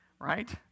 right